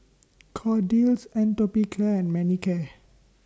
Kordel's Atopiclair and Manicare